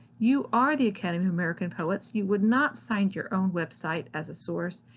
you are the academy of american poets. you would not cite your own website as a source.